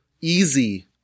easy